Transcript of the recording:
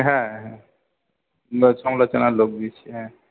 হ্যাঁ না সমালোচনার লোক বেশি হ্যাঁ